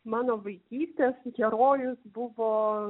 mano vaikystės herojus buvo